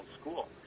school